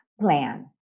plan